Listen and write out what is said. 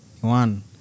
One